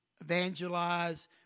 evangelize